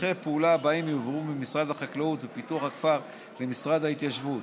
שטחי הפעולה האלה יועברו ממשרד החקלאות ופיתוח הכפר למשרד ההתיישבות: